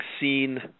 seen